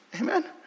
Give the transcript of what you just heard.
Amen